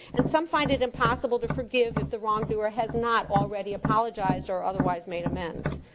and some find it impossible to forgive if the wrongdoer has not already apologized, or otherwise made amends.